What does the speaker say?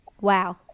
Wow